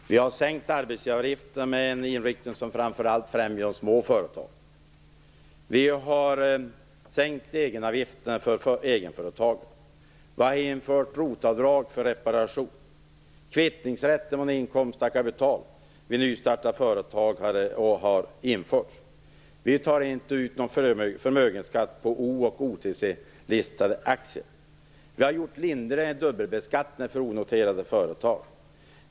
Herr talman! Det finns tidigare genomförda åtgärder för att stimulera företagssektorn. Vi har sänkt arbetsgivaravgifterna, men i en riktning som framför allt främjar de små företagen. Vi har sänkt egenavgifterna för egenföretagarna. Vi har infört ROT-avdrag för reparation, och kvittningsrätt för inkomst av kapital vid nystartande av företag. Vi tar inte ut någon förmögenhetsskatt på O och OTC-listade aktier. Vi har infört lindringar i dubbelbeskattningen för onoterade företag.